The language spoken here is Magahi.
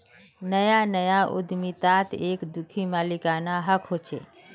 नया नया उद्दमितात एक खुदी मालिकाना हक़ होचे